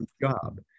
job